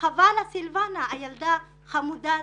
סילבנה, הילדה החמודה הזאת,